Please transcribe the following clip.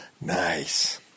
Nice